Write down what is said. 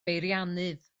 beiriannydd